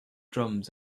drums